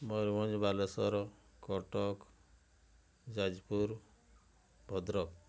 Mayurbhanj Baleswar Cuttack Jajpur Bhadrak